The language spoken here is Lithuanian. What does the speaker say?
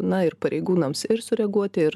na ir pareigūnams ir sureaguoti ir